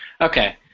Okay